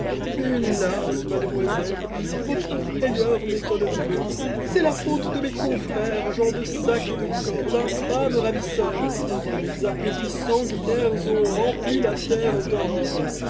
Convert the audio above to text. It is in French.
hélas mademoiselle votre frayeur m'étonne peu c'est la faute de mes confrères gens de sac ét de corde infâmes ravisseurs dont les appétits sanguinaires ont rempli la terre d'horreurs